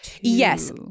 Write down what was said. yes